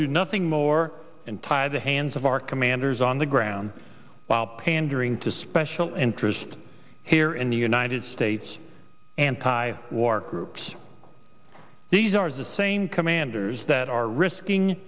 do nothing more and tie the hands of our commanders on the ground while pandering to special interest here in the united states anti war groups these are the same commanders that are risking